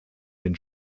den